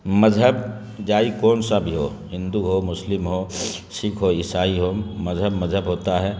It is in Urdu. مذہب جائی کون سا بھی ہو ہندو ہو مسلم ہو سکھ ہو عیسائی ہو مذہب مذہب ہوتا ہے